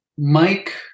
Mike